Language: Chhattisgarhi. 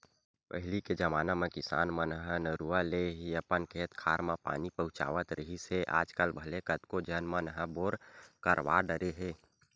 पहिली के जमाना म किसान मन ह नरूवा ले ही अपन खेत खार म पानी पहुँचावत रिहिस हे आजकल भले कतको झन मन ह बोर करवा डरे हे